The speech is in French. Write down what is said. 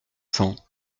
cents